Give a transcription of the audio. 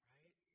Right